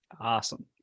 Awesome